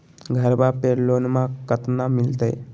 घरबा पे लोनमा कतना मिलते?